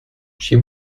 she